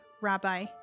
rabbi